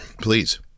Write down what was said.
Please